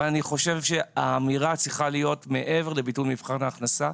אבל אני חושב שהאמירה צריכה להיות מעבר לביטול מבחן ההכנסה,